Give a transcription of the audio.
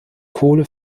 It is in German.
kohle